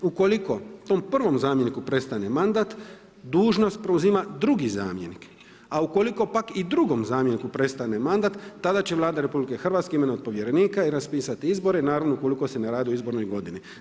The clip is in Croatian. Ukoliko tom prvom zamjeniku prestane mandat dužnost preuzima drugi zamjeni, a ukoliko pak i drugom zamjeniku prestane mandat tada će Vlada RH imenovati povjerenika i raspisati izbore, naravno ukoliko se ne radi o izbornoj godini.